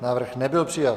Návrh nebyl přijat.